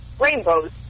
rainbows